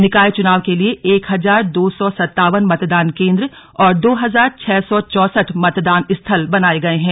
निकाय चुनाव के लिए एक हजार दो सौ सत्तावन मतदान केंद्र और दो हजार छह सौ चौसठ मतदान स्थल बनाये गए हैं